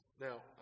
Now